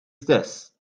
stess